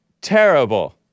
Terrible